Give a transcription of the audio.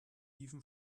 even